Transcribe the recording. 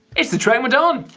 it's the trek madone.